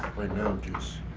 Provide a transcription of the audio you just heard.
right now, just